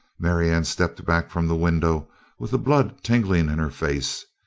marianne stepped back from the window with the blood tingling in her face.